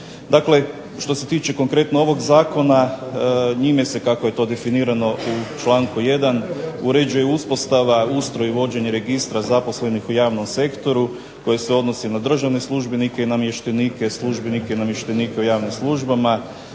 Dakle što se tiče konkretno ovog zakona, njime se, kako je to definirano u članku 1. uređuje uspostava, ustroj i vođenje registra zaposlenih u javnom sektoru, koji se odnosi na državne službenike i namještenike, službenike i namještenike u javnim službama,